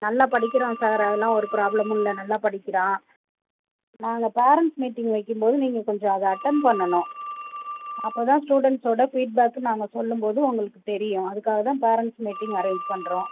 நல்லா படிக்கிறான் சார் அது எல்லாம் ஒரு ப்ராப்ளமும் இல்லை நல்லா படிக்கிறான் நாங்கள் பேரண்ட்ஸ் மீட்டிங் வைக்கும் போது நீங்கள் கொஞ்சம் அதை அட்டண்ட் பண்ணணும் அப்போ தான் ஸ்டூடண்ஸ்ஸோட ஃபீட்பேக் நாங்கள் சொல்லும் போது உங்களுக்கு தெரியும் அதுக்காக தான் பேரண்ட்ஸ் மீட்டிங் அரேன்ஞ் பண்ணுறோம்